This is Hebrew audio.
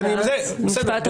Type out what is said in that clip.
ואז נשמע.